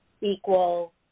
equal